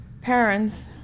parents